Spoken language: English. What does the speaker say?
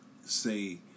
say